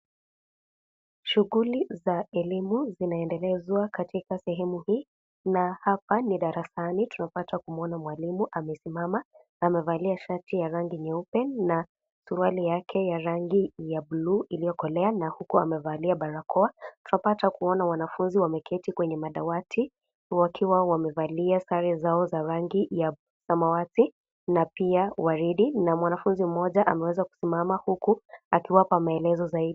Shughuli za elimu zinaendelezwa katika sehemu hii na hapa ni darasani tunapata kumwona mwalimu amesimama na amevalia shati ya rangi nyeupe na suruali yake ya rangi ya buluu iliyokolea na huku amevalia barakoa. Tunapata kuona wanafunzi wameketi kwenye madawati, wakiwa wamevalia sare zao za rangi ya samawati na pia waridi na mwanafunzi mmoja ameweza kusimama huku akiwapa maelezo zaidi.